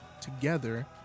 together